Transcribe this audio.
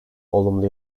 olumlu